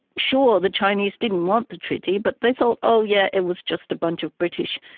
sure, the chinese didn't want the treaty but they thought, oh yeah, it was just a bunch of british,